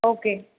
okay